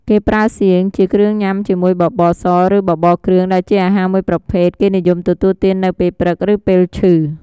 គេប្រើសៀង ជាគ្រឿងញុំាជាមួយបបរ ស ឬ បបរគ្រឿង ដែលជាអាហារមួយប្រភេទ គេនិយមទទួលទាននៅពេលព្រឺក ឬ ពេលឈឹ។